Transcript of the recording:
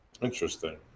Interesting